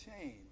change